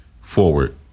forward